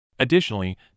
Additionally